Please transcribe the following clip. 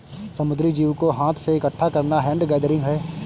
समुद्री जीव को हाथ से इकठ्ठा करना हैंड गैदरिंग है